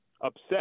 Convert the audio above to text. upset